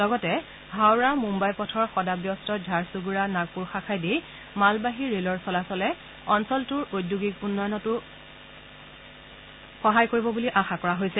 লগতে হাওৰা মুম্বাই পথৰ সদাব্যস্ত ঝাৰচূণ্ড়া নাগপুৰ শাখাইদি মালবাহী ৰেলৰ চলাচলে অঞ্চলটোৰ ঔদ্যোগিক উন্নয়নো বৃদ্ধি কৰিব বুলি আশা কৰা হৈছে